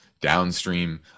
downstream